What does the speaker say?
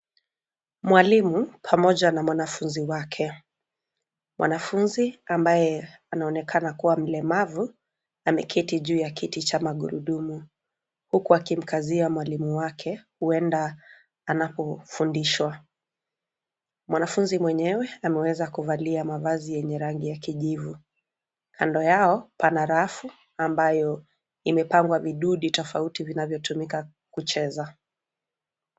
Mwalimu pamoja na mwanafunzi wake. Mwanafunzi ambaye anaonekana kuwa mlemavu ameketi juu ya kiti cha magurudumu huku akimkazia mwalimu wake huenda anapofundishwa. Mwanafunzi mwenyewe ameweza kuvalia mavazi yenye rangi ya kijivu. Kando yao pana rafu ambayo imepangwa vidude tofauti vinavyotumika kucheza.